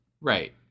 Right